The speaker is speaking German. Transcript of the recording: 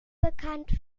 bekannt